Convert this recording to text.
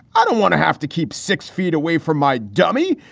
i don't want to have to keep six feet away from my dummy.